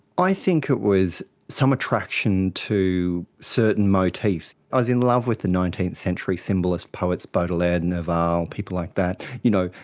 i think it was some attraction to certain motifs. i was in love with the nineteenth century symbolist poets, baudelaire, nerval, people like that. you know,